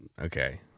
Okay